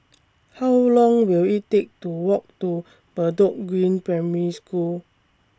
How Long Will IT Take to Walk to Bedok Green Primary School